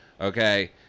Okay